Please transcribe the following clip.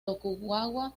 tokugawa